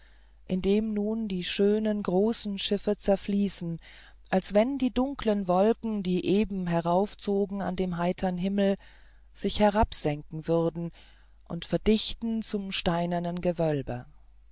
dem nun die schönen großen schiffe zerfließen als wenn die dunklen wolken die eben heraufzogen an dem heitern himmel sich hinabsenken würden und verdichten zum steinernen gewölbe